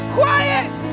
quiet